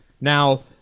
Now